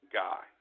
guy